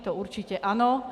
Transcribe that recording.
To určitě ano.